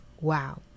Wow